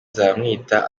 nzabamwita